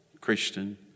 Christian